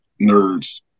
nerds